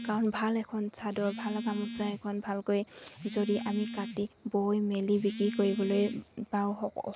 কাৰণ ভাল এখন চাদৰ ভাল গামোচা এখন ভালকৈ যদি আমি কাটি বৈ মেলি বিক্ৰী কৰিবলৈ পাৰোঁ